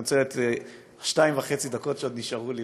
אני רוצה לנצל את שתיים וחצי הדקות שעוד נשארו לי,